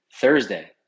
Thursday